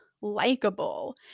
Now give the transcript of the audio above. likable